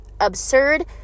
Absurd